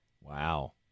Wow